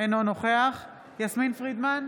אינו נוכח יסמין פרידמן,